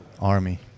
army